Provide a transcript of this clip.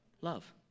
love